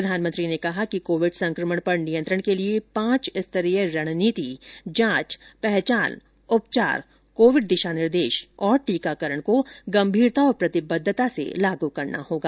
प्रधानमंत्री ने कहा कि कोविड संक्रमण पर नियंत्रण के लिए पांच स्तरीय रणनीति जांच पहचान उपचार कोविड दिशा निर्देश और टीकाकरण को गंभीरता और प्रतिबद्धता से लागू करना होगा